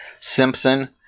Simpson